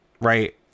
right